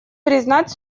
признать